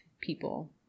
people